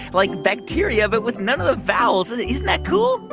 like bacteria but with none of the vowels. isn't that cool?